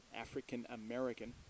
African-American